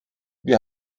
wir